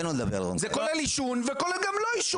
זה כולל עישון וזה כולל גם לא עישון,